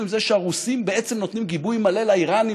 עם זה שהרוסים בעצם נותנים גיבוי מלא לאיראנים